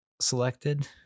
selected